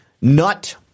nut